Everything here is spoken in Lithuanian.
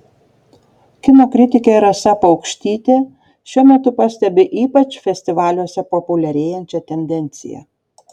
kino kritikė rasa paukštytė šiuo metu pastebi ypač festivaliuose populiarėjančią tendenciją